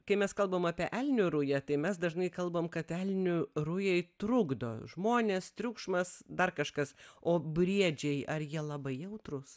kai mes kalbam apie elnių rują tai mes dažnai kalbam kad elnių rujai trukdo žmonės triukšmas dar kažkas o briedžiai ar jie labai jautrūs